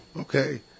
Okay